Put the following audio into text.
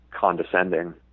condescending